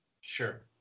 Sure